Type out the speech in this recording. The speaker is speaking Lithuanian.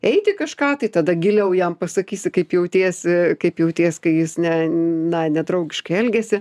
eiti kažką tai tada giliau jam pasakysi kaip jautiesi kaip jauties kai jis ne na nedraugiškai elgiasi